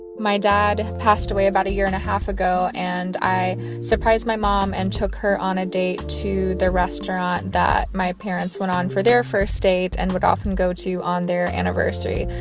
my dad passed away about a year-and-a-half ago, and i surprised my mom and took her on a date to the restaurant that my parents went on for their first date and would often go to on their anniversary.